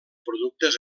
productes